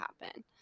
happen